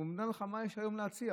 והוא אומר לך מה יש היום להציע.